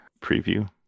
preview